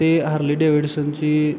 ते हरली डेविडसनची